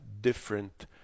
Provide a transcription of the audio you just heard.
different